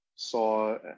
saw